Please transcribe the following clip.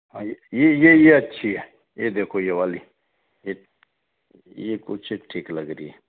आइए ये ये ये अच्छी है ये देखो ये वाली एक ये कुछ एक ठीक लग रही है